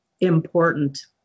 important